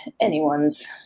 anyone's